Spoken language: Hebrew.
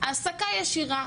העסקה ישירה,